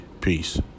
Peace